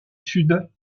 sud